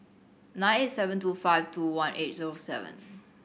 nine eight seven two five two one eight zero seven